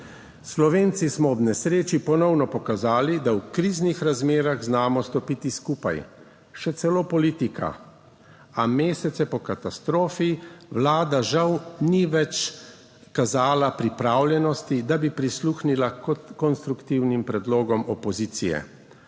Slovenci smo ob nesreči ponovno pokazali, da v kriznih razmerah znamo stopiti skupaj še celo politika. A mesece po katastrofi vlada žal ni več kazala pripravljenosti, da bi prisluhnila konstruktivnim predlogom opozicije.